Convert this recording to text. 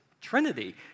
Trinity